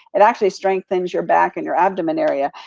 it actually strengthens your back and your abdomen area.